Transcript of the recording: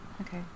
Okay